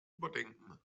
überdenken